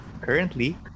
Currently